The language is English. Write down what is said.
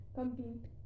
complete